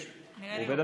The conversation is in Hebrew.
היושב-ראש.